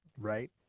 Right